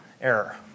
error